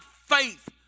faith